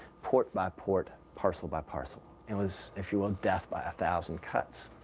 port by port, parcel by parcel. it was, if you will, death by a thousand cuts.